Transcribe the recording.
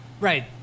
Right